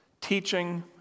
teaching